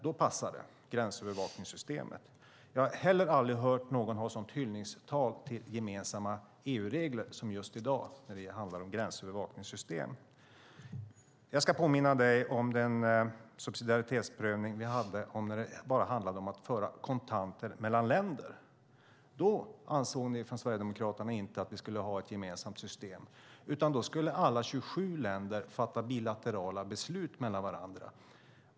Då passar det. Jag har aldrig hört någon hålla ett sådant hyllningstal till gemensamma EU-regler som det du har hållit just i dag när det handlar om gränsövervakningssystem. Jag ska påminna dig om den subsidiaritetsprövning vi hade när det handlade om att föra kontanter mellan länder. Då ansåg ni i Sverigedemokraterna att vi inte skulle ha ett gemensamt system. Då skulle alla 27 länder sluta bilaterala avtal med varandra.